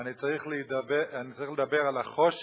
אני צריך לדבר על החושך